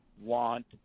want